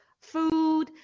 food